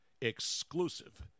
exclusive